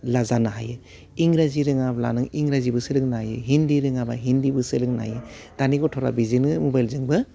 ला जानो हायो इंराजि रोङाब्ला नों इंराजिबो सोलोंनो हायो हिन्दी रोङाबा हिन्दीबो सोलोंनो हायो दानि गथ'फ्रा बिजोंनो मबाइलजोंबो